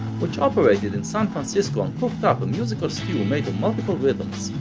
which operated in san francisco and cooked up a musical stew made of multiple rhythms,